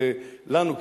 לנו,